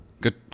Good